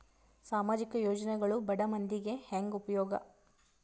ಸಾಮಾಜಿಕ ಯೋಜನೆಗಳು ಬಡ ಮಂದಿಗೆ ಹೆಂಗ್ ಉಪಯೋಗ?